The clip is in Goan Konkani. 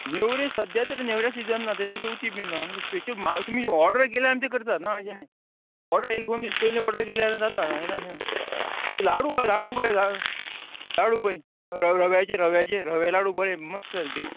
नेवऱ्यो सद्द्यां तरी नेवऱ्या सिजन ना ते चवथी बीन ना म्हणजे स्पेशल तुमी ऑर्डर केल्या आनी ते करता ना अशें न्ही ऑर्डर एक दोन दीस पयली ऑर्डर केल्यार जाता जायना अशें ना हे लाडू व्हर लाडू पय ला लाडू पय रव्या रव्याचे रव्या लाडू बरें मस्त सारके